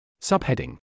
Subheading